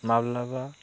माब्लाबा